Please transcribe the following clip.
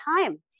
time